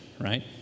right